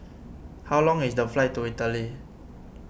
how long is the flight to Italy